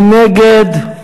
מי נגד?